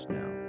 now